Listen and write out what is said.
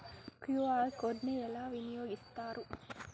QR code ని ఎలా వినియోగిస్తారు?